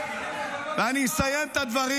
--- איפה המשטרה --- אני אסיים את הדברים